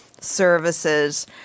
services